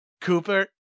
Cooper